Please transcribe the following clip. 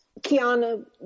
Kiana